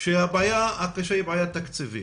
שהבעיה הקשה היא בעיה תקציבית